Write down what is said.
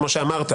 כמו שאמרת